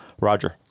Roger